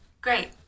Great